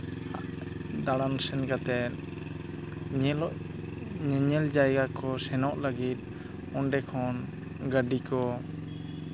ᱫᱟᱬᱟᱱ ᱥᱮᱱ ᱠᱟᱛᱮ ᱧᱮᱞᱚᱜ ᱧᱮᱧᱮᱞ ᱡᱟᱭᱜᱟ ᱠᱚ ᱥᱮᱱᱚᱜ ᱞᱟᱹᱜᱤᱫ ᱚᱸᱰᱮ ᱠᱷᱚᱱ ᱜᱟᱹᱰᱤ ᱠᱚ